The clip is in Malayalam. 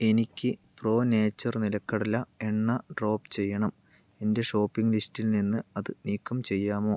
എനിക്ക് പ്രോ നേച്ചർ നിലക്കടല എണ്ണ ഡ്രോപ്പ് ചെയ്യണം എന്റെ ഷോപ്പിംഗ് ലിസ്റ്റിൽ നിന്ന് അത് നീക്കം ചെയ്യാമോ